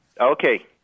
Okay